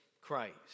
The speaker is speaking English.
Christ